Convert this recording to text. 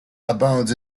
abounds